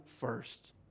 first